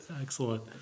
excellent